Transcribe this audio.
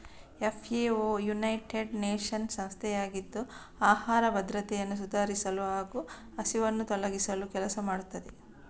FAO United Nations ಸಂಸ್ಥೆಯಾಗಿದ್ದು ಆಹಾರ ಭದ್ರತೆಯನ್ನು ಸುಧಾರಿಸಲು ಹಾಗೂ ಹಸಿವನ್ನು ತೊಲಗಿಸಲು ಕೆಲಸ ಮಾಡುತ್ತದೆ